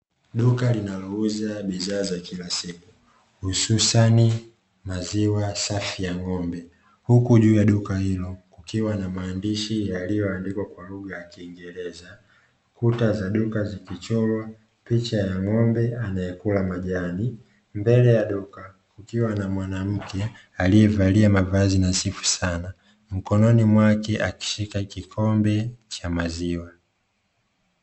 Duka linalouza bidhaa za kila siku, hususani maziwa safi ya ng’ombe, huku juu ya duka hilo kukiwa na maandishi yaliyoandikwa kwa lugha ya kiengereza, kuta za duka zikichorwa picha ya ng’ombe anayekula majani, mbele ya duka kukiwa na mwanamke aliyevalia mavazi nadhifu sana, mkononi mwake akishika kikombe cha maziwa.